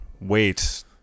wait